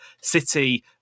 City